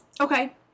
Okay